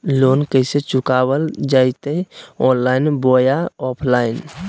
Loan कैसे चुकाबल जयते ऑनलाइन बोया ऑफलाइन?